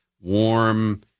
warm